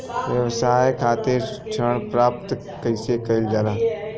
व्यवसाय खातिर ऋण प्राप्त कइसे कइल जाला?